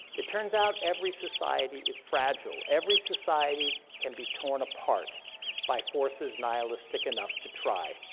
it turns out every society is fragile, every society can be torn apart by forces nihilistic enough to try.